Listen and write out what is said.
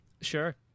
Sure